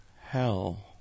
Hell